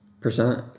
Percent